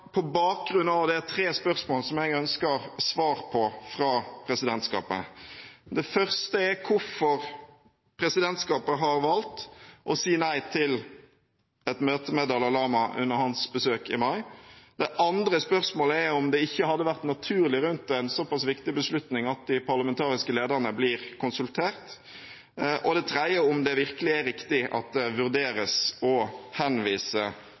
på bakgrunn av det tre spørsmål som jeg ønsker svar på fra presidentskapet: Det første er hvorfor presidentskapet har valgt å si nei til et møte med Dalai Lama under hans besøk i mai. Det andre spørsmålet er om det ikke hadde vært naturlig rundt en såpass viktig beslutning at de parlamentariske lederne blir konsultert. Og det tredje er om det virkelig er riktig at det vurderes å henvise